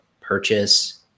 purchase